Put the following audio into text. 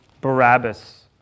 Barabbas